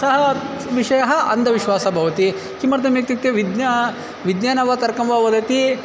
सः विषयः अन्धविश्वासः भवति किमर्थम् इत्युक्ते विज्ञानं विज्ञानं वा तर्कं वा वदति